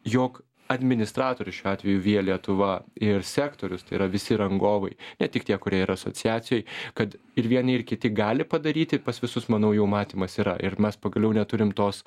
jog administratorius šiuo atveju via lietuva ir sektorius tai yra visi rangovai ne tik tie kurie yra asociacijoj kad ir vieni ir kiti gali padaryti pas visus manau jau matymas yra ir mes pagaliau neturim tos